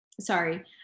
sorry